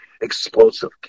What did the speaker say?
explosive